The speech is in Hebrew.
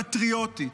פטריוטית,